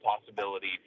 possibility